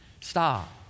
Stop